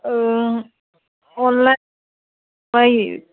online